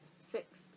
six